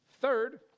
third